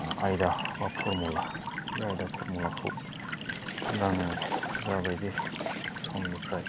आयदा बा फरमुला बे आयदा फरमुलाखौ दा आङो जाबायदि समनिफ्राय